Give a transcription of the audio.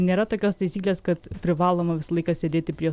nėra tokios taisyklės kad privaloma visą laiką sėdėti prie